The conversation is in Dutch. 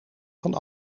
van